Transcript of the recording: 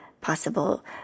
possible